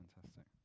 fantastic